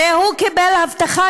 הרי הוא קיבל הבטחה,